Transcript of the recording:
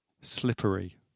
Slippery